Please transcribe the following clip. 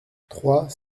trois